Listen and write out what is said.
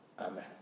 Amen